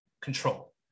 control